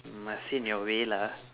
you must say in your way lah